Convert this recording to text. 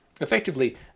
Effectively